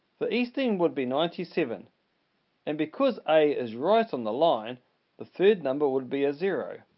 the easting would be ninety seven and because a is right on the line the third number would be a zero.